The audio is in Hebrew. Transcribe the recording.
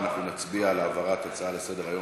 אנחנו נצביע על העברת ההצעה לסדר-היום